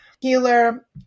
healer